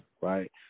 right